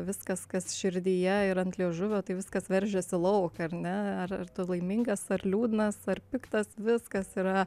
viskas kas širdyje ir ant liežuvio tai viskas veržiasi lauk ar ne ar ar tu laimingas ar liūdnas ar piktas viskas yra